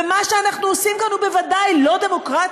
ומה שאנחנו עושים כאן הוא בוודאי לא דמוקרטי,